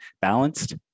balanced